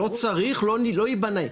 לא צריך לא ייבנה.